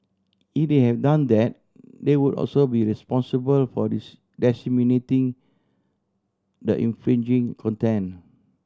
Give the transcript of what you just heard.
if they have done that they would also be responsible for this disseminating the infringing content